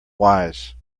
wise